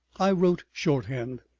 i wrote shorthand,